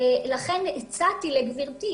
לכן הצעתי לגברתי,